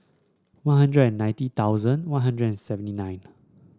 One Hundred ninety thousand One Hundred seventy nine